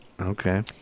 Okay